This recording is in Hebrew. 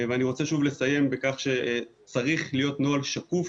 אני רוצה שוב לסיים בכך שצריך להיות נוהל שקוף,